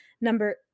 Number